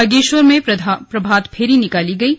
बागेश्वर में प्रभातफेरी निकाली गईं